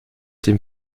dem